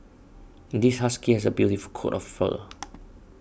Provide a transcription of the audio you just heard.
this husky has a beautiful coat of fur